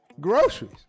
Groceries